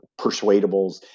persuadables